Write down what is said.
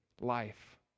life